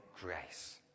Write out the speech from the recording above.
grace